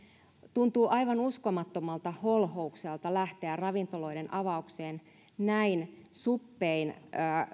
tuntuu aivan uskomattomalta holhoukselta lähteä ravintoloiden avaukseen näin suppein